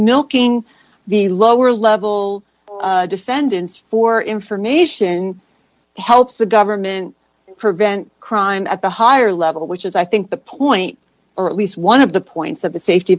milking the lower level defendants for information helps the government prevent crime at the higher level which is i think the point or at least one of the points that the safety